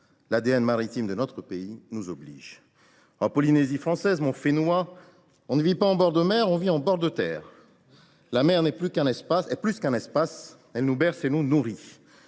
L’ADN maritime de notre pays nous oblige. En Polynésie française, mon, on ne vit pas en bord de mer, on vit en bord de terre. La mer est plus qu’un espace, elle nous berce et nous nourrit.